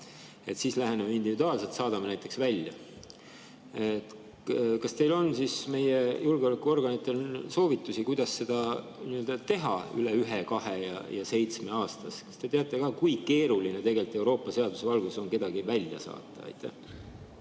siis läheneme individuaalselt, saadame näiteks välja. Kas teil on siis meie julgeolekuorganitele soovitusi, kuidas seda teha üle ühe, kahe ja seitsme aastas? Kas te teate, kui keeruline tegelikult Euroopa seaduse valguses on kedagi välja saata? Aitäh!